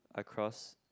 across